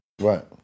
Right